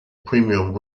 premium